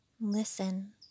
listen